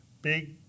Big